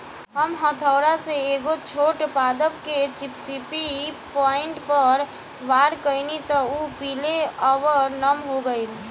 हम हथौड़ा से एगो छोट पादप के चिपचिपी पॉइंट पर वार कैनी त उ पीले आउर नम हो गईल